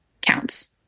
counts